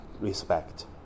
respect